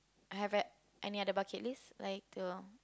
have right any other bucket list like to